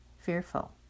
fearful